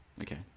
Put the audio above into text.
okay